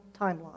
timeline